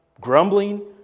grumbling